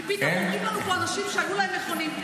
כי פתאום אומרים לנו פה אנשים שהיו להם מכונים.